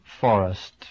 forest